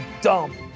Dumb